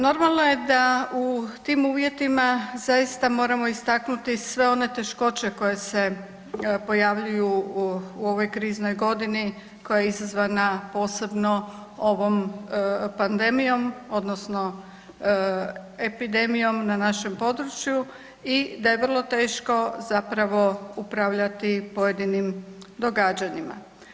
Normalno je da u tim uvjetima zaista moramo istaknuti sve one teškoće koje se pojavljuju u ovoj kriznoj godini koja je izazvana posebno ovom pandemijom odnosno epidemijom na našem području i da je vrlo teško upravljati pojedinim događanjima.